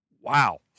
Wow